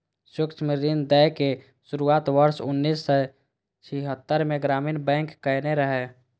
सूक्ष्म ऋण दै के शुरुआत वर्ष उन्नैस सय छिहत्तरि मे ग्रामीण बैंक कयने रहै